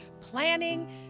planning